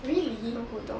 really